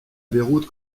beyrouth